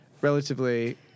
relatively